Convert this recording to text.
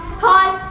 pause.